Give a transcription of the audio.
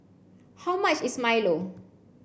how much is Milo